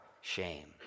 shame